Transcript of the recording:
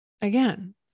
again